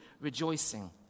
rejoicing